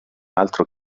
altro